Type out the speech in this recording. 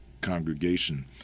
congregation